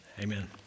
Amen